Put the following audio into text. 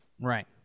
Right